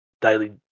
Daily